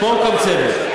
פה הוקם צוות.